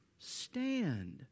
stand